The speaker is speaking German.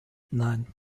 nein